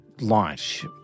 launch